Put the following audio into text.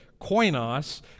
koinos